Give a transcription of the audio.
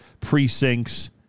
precincts